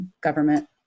government